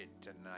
tonight